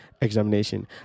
examination